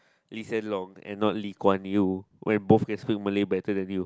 Lee-Hsien-Loong and not Lee-Kuan-Yew when both can speak Malay better than you